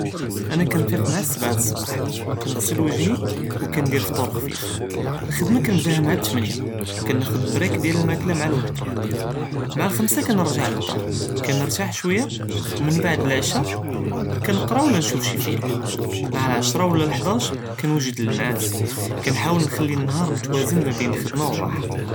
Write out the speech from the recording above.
אנה קנפיק מע אססבע ד סבאח, קנג'סל וג'חי ו קנידיר פטור כחיף, אלח'דמה קנבדהה מע תמןיה קנאחד בריק דיאל אלמאקלה מע אלוואחדה, מע אלחמסה קנרג'ע ללדר קנרתאח שוייה ו מן בדא אלעשא קנקרא ולה נשוף שי פילם, מע אלעשרה ו לה אלחדאש קנווגד ללנעאס קנהאול נכלי אלנהאר מטוואזן מא בין אלח'דמה ו אלרהה.